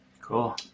Cool